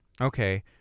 Okay